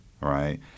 right